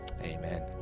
Amen